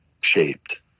shaped